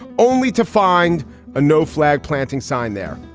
only to find a no flag planting sign there.